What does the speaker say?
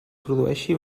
produeixi